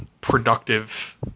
productive